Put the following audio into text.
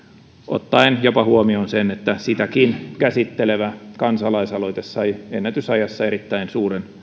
ottaen huomioon jopa sen että sitäkin käsittelevä kansalaisaloite sai ennätysajassa erittäin suuren